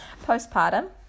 postpartum